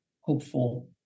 hopeful